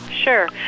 Sure